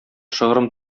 шыгрым